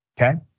Okay